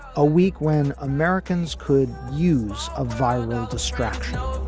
a week when americans could use a viral distraction